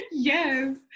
yes